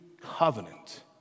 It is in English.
covenant